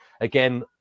Again